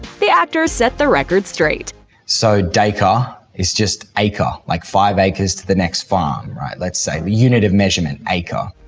the actor set the record straight so dacre is just acre, like five acres to the next farm, right. let's say, a unit of measurement acre.